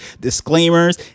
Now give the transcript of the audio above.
disclaimers